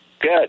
Good